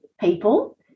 people